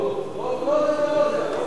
לא זה ולא זה, אבל לא משנה.